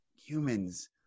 humans